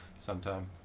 Sometime